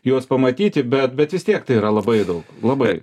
juos pamatyti bet bet vis tiek tai yra labai daug labai